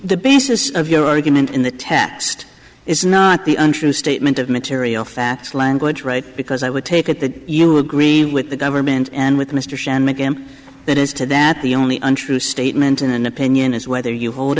the basis of your argument in the text is not the untrue statement of material facts language right because i would take it that you agree with the government and with mr shand macam that is to that the only untrue statement in an opinion is whether you hold